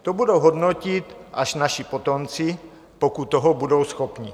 To budou hodnotit až naši potomci, pokud toho budou schopni.